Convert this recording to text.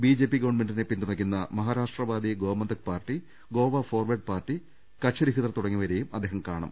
BJP ഗ്വൺമെന്റിനെ പിന്തുണ ക്കുന്ന Maharashtrawadi Gomantak party Goa forward party കക്ഷിരഹിതർ തുടങ്ങിയവരെയും അദ്ദേഹം കാണും